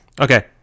Okay